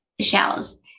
shells